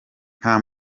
nta